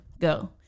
go